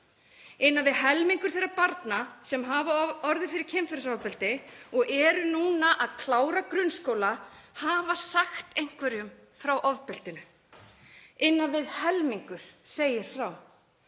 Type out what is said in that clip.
Innan við helmingur þeirra barna sem hafa orðið fyrir kynferðisofbeldi og eru núna að klára grunnskóla hafa sagt einhverjum frá ofbeldinu. Innan við helmingur segir frá.